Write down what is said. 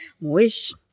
Wish